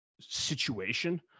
situation